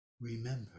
Remember